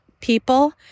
people